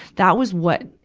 that was what,